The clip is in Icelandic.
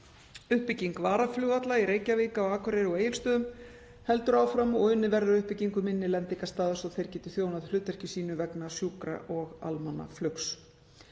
Uppbygging varaflugvalla í Reykjavík, á Akureyri og Egilsstöðum heldur áfram og unnið verður að uppbyggingu minni lendingarstaða svo að þeir geti þjónað hlutverki sínu vegna sjúkra- og almannaflugs.